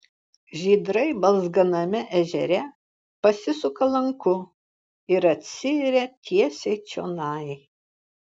žydrai balzganame ežere pasisuka lanku ir atsiiria tiesiai čionai